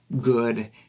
good